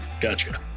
Gotcha